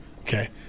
Okay